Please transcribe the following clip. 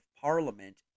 parliament